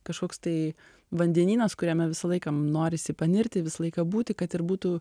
kažkoks tai vandenynas kuriame visą laiką norisi panirti visą laiką būti kad ir būtų